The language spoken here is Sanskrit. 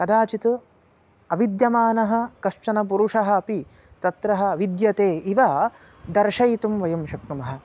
कदाचित् अविद्यमानः कश्चन पुरुषः अपि तत्र विद्यते इव दर्शयितुं वयं शक्नुमः